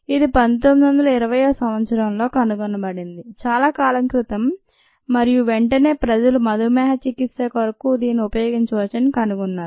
ఇది 1920వ సంవత్సరంలో కనుగొనబడింది చాలా కాలం క్రితం మరియు వెంటనే ప్రజలు మధుమేహచికిత్స కోసం దీనిని ఉపయోగించవచ్చని కనుగొన్నారు